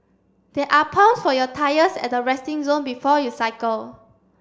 there are pumps for your tyres at the resting zone before you cycle